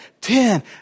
Ten